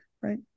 right